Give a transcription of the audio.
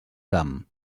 camp